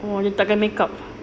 oh ni tak pakai makeup